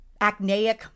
acneic